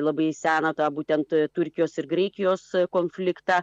labai seną tą būtent turkijos ir graikijos konfliktą